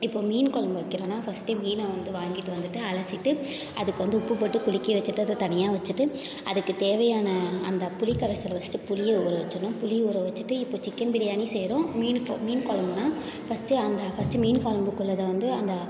இப்போது மீன் கொழம்பு வைக்கிறேன்னால் ஃபஸ்ட்டு மீனை வந்து வாங்கிட்டு வந்துட்டு அலசிட்டு அதுக்கு வந்து உப்பு போட்டு குலுக்கி வச்சிட்டு அதை தனியாக வச்சிட்டு அதுக்கு தேவையான அந்த புளி கரைசலை ஃபஸ்ட்டு புளியை ஊற வெச்சிடுணும் புளியை ஊற வெச்சிடுணும் இப்போ சிக்கன் பிரியாணி செய்கிறோம் மீன் கொ மீன் கொழம்புனா ஃபஸ்ட்டு அந்த ஃபஸ்ட்டு மீன் கொழம்புக்கு உள்ளதை வந்து அந்த